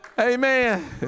Amen